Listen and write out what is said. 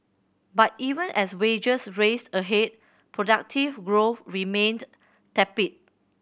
but even as wages raced ahead productivity growth remained tepid